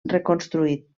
reconstruït